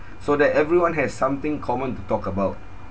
so that everyone has something common to talk about